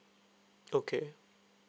okay